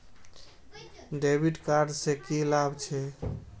डेविट कार्ड से की लाभ छै?